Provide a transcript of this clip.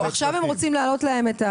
עכשיו הם רוצים להעלות להם.